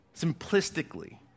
simplistically